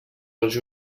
els